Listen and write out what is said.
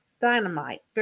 dynamite